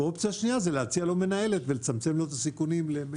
האופציה השנייה זה להציע לו מנהלת ולצמצם לו את הסיכונים ל...